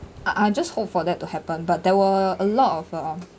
I I just hope for that to happen but there were a lot of um